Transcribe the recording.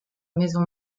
maison